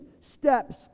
steps